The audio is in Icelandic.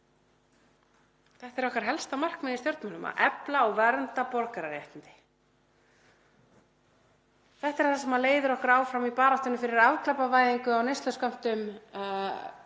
Þetta er okkar helsta markmið í stjórnmálum; að efla og vernda borgararéttindi. Þetta er það sem leiðir okkur áfram í baráttunni fyrir afglæpavæðingu á vörslu